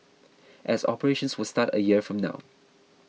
as operations will start a year from now